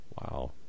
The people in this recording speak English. Wow